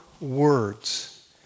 words